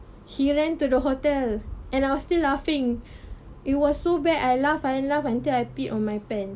he ran to the hotel and I was still laughing it was so bad I laugh I laugh until I peed on my pant